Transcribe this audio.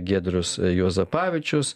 giedrius juozapavičius